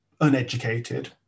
uneducated